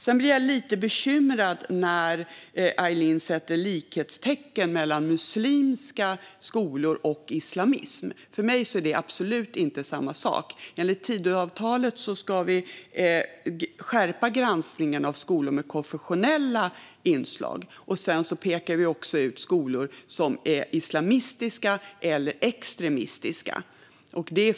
Jag blir lite bekymrad när Aylin sätter likhetstecken mellan muslimska skolor och islamism. För mig är det absolut inte samma sak. Enligt Tidöavtalet ska vi skärpa granskningen av skolor med konfessionella inslag. Sedan pekar vi också ut skolor som är islamistiska eller extremistiska.